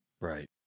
Right